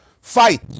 fight